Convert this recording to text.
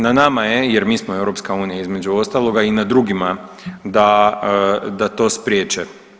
Na nama je jer mi smo EU između ostaloga i na drugima da, da to spriječe.